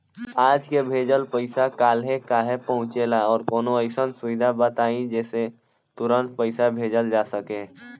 आज के भेजल पैसा कालहे काहे पहुचेला और कौनों अइसन सुविधा बताई जेसे तुरंते पैसा भेजल जा सके?